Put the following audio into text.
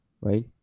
right